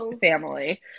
family